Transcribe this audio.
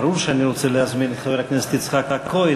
ברור שאני רוצה להזמין את חבר הכנסת יצחק כהן,